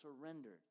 surrendered